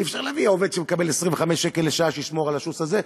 אי-אפשר להביא עובד שמקבל 25 שקל לשעה שישמור על הסוס הזה.